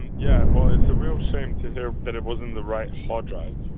yeah. well, it's a real shame to hear that it wasn't the right hard drive.